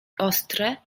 ostre